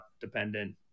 dependent